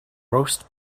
roast